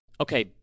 Okay